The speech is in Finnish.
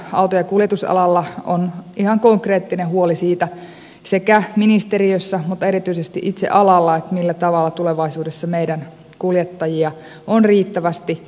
auto ja kuljetusalalla on ihan konkreettinen huoli siitä sekä ministeriössä mutta erityisesti itse alalla että millä tavalla tulevaisuudessa meidän kuljettajia on riittävästi